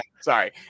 sorry